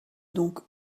donc